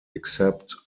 except